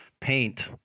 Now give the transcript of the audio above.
paint